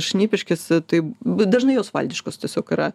šnipiškėse taip dažnai jos valdiškos tiesiog yra